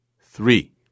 three